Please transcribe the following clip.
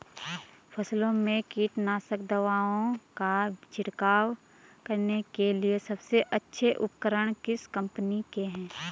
फसलों में कीटनाशक दवाओं का छिड़काव करने के लिए सबसे अच्छे उपकरण किस कंपनी के हैं?